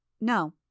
No